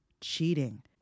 cheating